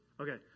okay